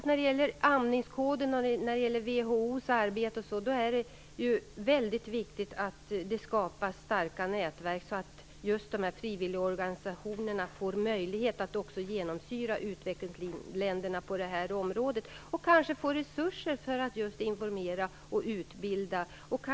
När det gäller amningskoden och WHO:s arbete är det väldigt viktigt att det skapas starka nätverk, så att just frivilligorganisationerna får möjlighet att genomsyra utvecklingsländerna på detta område och att de kanske också får resurser för att informera och utbilda.